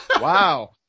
Wow